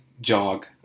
jog